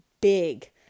big